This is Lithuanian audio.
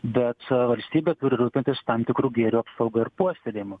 bet valstybė turi rūpintis tam tikro gėrio apsauga ir puoselėjimu